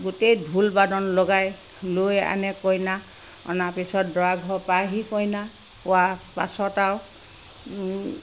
গোটেই ঢোল বাদন লগাই লৈ আনে কইনাক অনাৰ পাছত দৰা ঘৰ পায়হি কইনা পোৱা পাছত আৰু